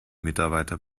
mitarbeiter